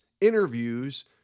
interviews